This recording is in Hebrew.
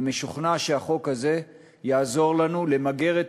אני משוכנע שהחוק הזה יעזור לנו למגר את